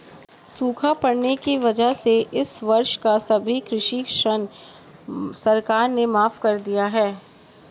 सूखा पड़ने की वजह से इस वर्ष का सभी कृषि ऋण सरकार ने माफ़ कर दिया है